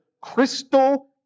crystal